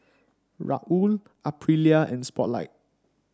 Raoul Aprilia and Spotlight